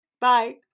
Bye